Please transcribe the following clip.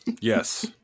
yes